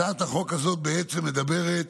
הצעת החוק הזאת בעצם מדברת